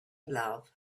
love